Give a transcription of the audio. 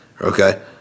okay